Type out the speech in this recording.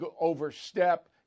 overstep